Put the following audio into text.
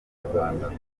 nyarwanda